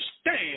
stand